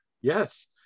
Yes